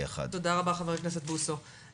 תודה רבה ח"כ בוסו.